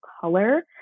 color